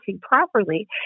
properly